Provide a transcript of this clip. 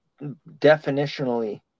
definitionally